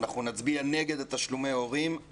אנחנו נצביע נגד תשלומי ההורים.